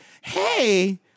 hey